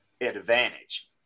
advantage